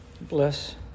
Bless